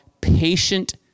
Patient